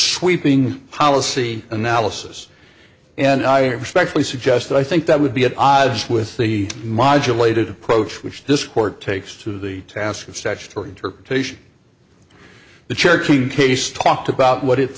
sweeping policy analysis and i respectfully suggest that i think that would be at odds with the modulators approach which this court takes to the task of statutory interpretation the cherokee case talked about what it